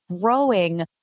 growing